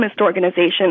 organizations